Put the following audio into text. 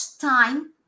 time